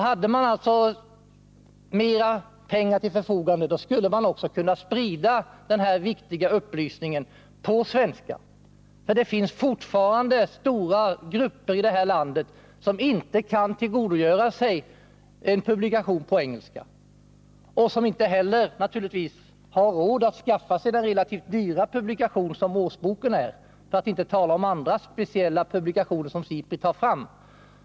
Hade man mer pengar till sitt förfogande skulle man kunna sprida den här viktiga upplysningen på svenska. Det finns fortfarande stora grupper i det här landet som inte kan tillgodogöra sig en publikation på engelska och som naturligtvis inte heller har råd att skaffa sig den relativt dyra publikation som årsboken är, för att inte tala om andra speciella publikationer som SIPRI tar fram.